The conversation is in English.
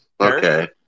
okay